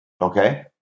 Okay